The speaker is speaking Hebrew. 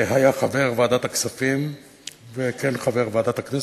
היה חבר ועדת הכספים וכן חבר ועדת הכנסת,